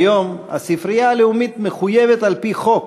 כיום הספרייה הלאומית מחויבת על-פי חוק